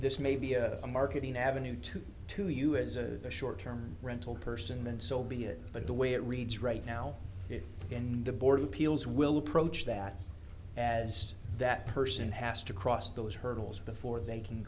this may be a marketing avenue to to you as a short term rental person and so be it but the way it reads right now in the board appeals will approach that as that person has to cross those hurdles before they can